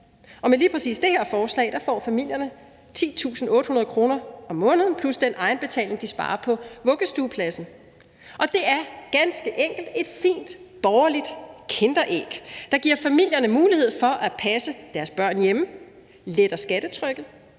og med lige præcis det her forslag får familierne 10.800 kr. om måneden plus den egenbetaling, de sparer på vuggestuepladsen. Og det er ganske enkelt et fint borgerligt kinderæg, der giver familierne mulighed for at passe deres børn hjemme, letter skattetrykket